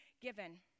given